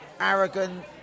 arrogant